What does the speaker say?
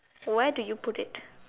so where did you put it